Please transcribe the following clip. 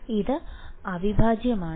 വിദ്യാർത്ഥി ഇത് അവിഭാജ്യമാണ്